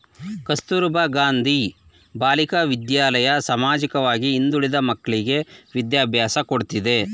ಕಸ್ತೂರಬಾ ಗಾಂಧಿ ಬಾಲಿಕಾ ವಿದ್ಯಾಲಯ ಸಾಮಾಜಿಕವಾಗಿ ಹಿಂದುಳಿದ ಮಕ್ಕಳ್ಳಿಗೆ ವಿದ್ಯಾಭ್ಯಾಸ ಕೊಡ್ತಿದೆ